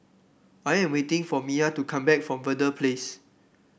I am waiting for Mya to come back from Verde Place